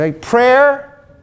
Prayer